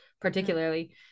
particularly